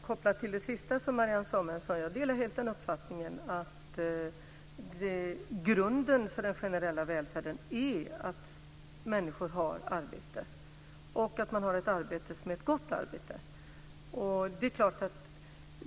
Fru talman! Jag delar helt uppfattningen att grunden för den generella välfärden är att människor har arbete och att de har ett gott arbete.